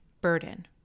burden